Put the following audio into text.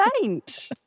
saint